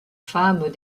femmes